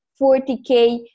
40k